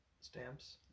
stamps